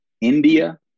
India